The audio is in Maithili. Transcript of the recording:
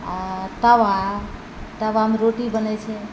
आ तावा तावा मे रोटी बनै छै